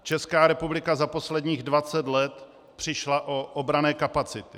Česká republika za posledních 20 let přišla o obranné kapacity.